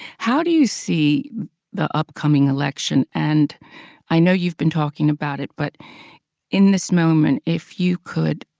how do you see the upcoming election? and i know you've been talking about it, but in this moment, if you could,